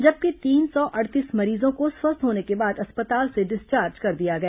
जबकि तीन सौ अड़तीस मरीजों को स्वस्थ होने के बाद अस्पताल से डिस्चार्ज कर दिया गया